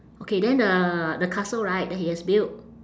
okay then the the castle right that he has built